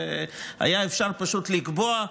היה אפשר פשוט לקבוע,